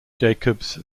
jacobs